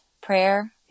prayer